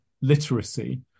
literacy